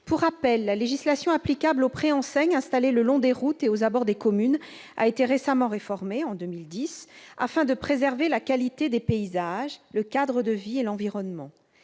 Pour rappel, la législation applicable aux préenseignes installées le long des routes et aux abords des communes a été récemment réformée, en 2010, afin de préserver la qualité des paysages, le cadre de vie et l'environnement.